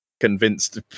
convinced